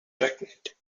pregnant